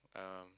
um